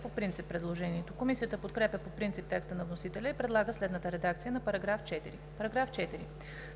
по принцип предложението. Комисията подкрепя по принцип текста на вносителя и предлага следната редакция на § 4: „§ 4.